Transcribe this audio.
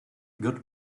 good